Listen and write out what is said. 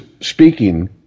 speaking